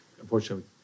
unfortunately